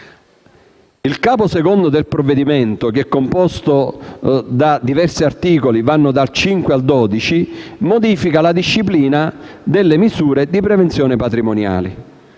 Il capo II del provvedimento (composto da diversi articoli, dal 5 al 12) modifica la disciplina delle misure di prevenzione patrimoniali.